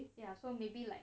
ya so maybe like